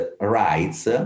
rights